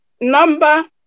number